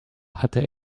hatte